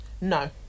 No